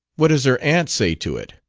what does her aunt say to it?